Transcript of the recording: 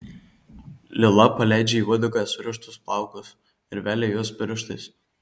lila paleidžia į uodegą surištus plaukus ir velia juos pirštais